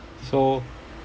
so